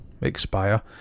expire